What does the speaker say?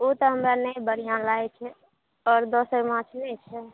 ओ तऽ हमरा नहि बढ़िऑं लागै छै आओर दोसर माछ नहि छै